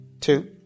two